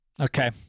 Okay